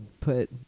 put